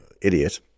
idiot